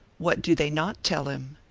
what do they not tell him?